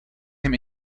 him